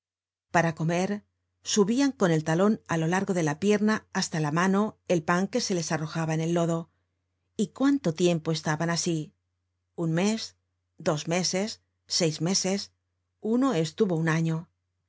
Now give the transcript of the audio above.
para comer subian con el talon á lo largo de la pierna hasta la mano el pan que se les arrojaba en el lodo y cuánto tiempo estaban asi un mes dos meses seis meses uno estuvo un año